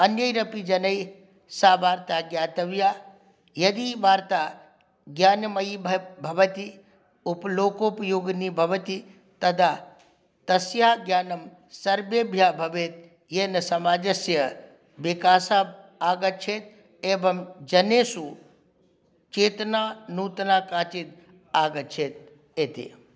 अन्यैरपि जनैः सा वार्ता ज्ञातव्या यदि वार्ता ज्ञानमयी भ भवति उपलोकोपयोगिनी भवति तदा तस्याः ज्ञानं सर्वेभ्यः भवेत् येन समाजस्य विकासः आगच्छेत् एवं जनेषु चेतना नूतना काचिद् आगच्छेत् इति